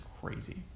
crazy